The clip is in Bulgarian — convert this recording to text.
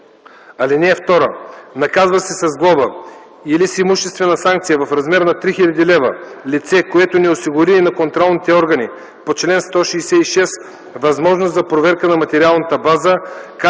ал. 3. (2) Наказва се с глоба или с имуществена санкция в размер 3000 лв. лице, което не осигури на контролните органи по чл. 166 възможност за проверка на материалната база,